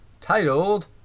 titled